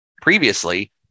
previously